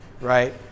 right